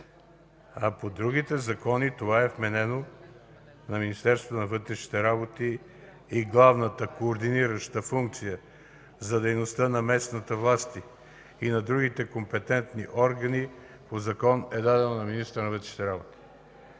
а по другите закони това е вменено на Министерството на вътрешните работи и главната координираща функция за дейността на местните власти и на другите компетентни органи по закон е дадено на министъра на вътрешните работи.